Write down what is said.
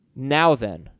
Nowthen